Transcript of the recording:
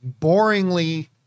boringly